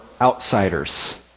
outsiders